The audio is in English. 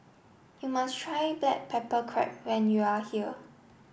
you must try Black Pepper Crab when you are here